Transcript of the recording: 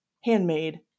handmade